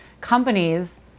companies